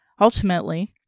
ultimately